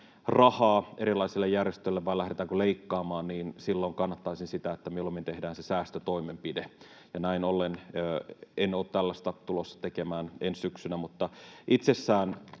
rahaa erilaisille järjestöille vai lähdetäänkö leikkaamaan, niin silloin kannattaisin sitä, että mieluummin tehdään se säästötoimenpide. Näin ollen en ole tällaista tulossa tekemään ensi syksynä. Mutta tämähän